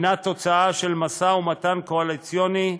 היא תוצאה של משא-ומתן קואליציוני,